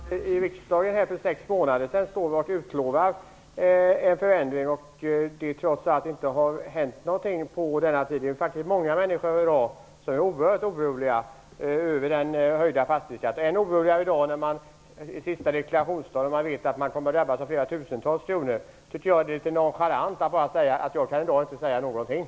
Herr talman! Jag har en fråga i samma ämne. Anser inte statsrådet att det är märkligt att man i riksdagen för sex månader sedan stod och utlovade en förändring och att det inte har hänt någonting under den här tiden? Många människor är faktiskt oerhört oroliga över den höjda fastighetsskatten. Än oroligare är de i dag, den sista dagen för deklarationen, när de vet att de kommer att drabbas av tusentals kronor i skatt. Därför tycker jag att det är litet nonchalant att bara säga att man i dag inte kan ge något besked.